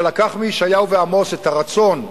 שלקח מישעיהו ועמוס את הרצון,